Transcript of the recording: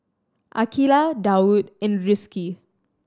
Aqilah Daud and Rizqi